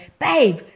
babe